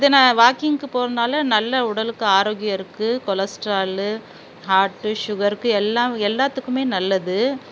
இது நான் வாக்கிங்க்கு போகிறனால நல்ல உடலுக்கு ஆரோக்கியம் இருக்குது கொலஸ்டராலு ஹார்ட்டு சுகருக்கு எல்லா எல்லாத்துக்குமே நல்லது